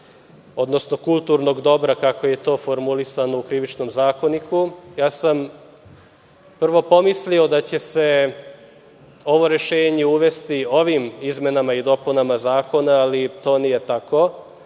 odnosno kulturnog dobra kako je to formulisano u Krivičnom zakoniku. Prvo sam pomislio da će se ovo rešenje uvesti ovim izmenama i dopunama zakona, ali to nije